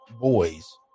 boys